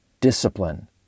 Discipline